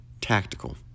tactical